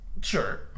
Sure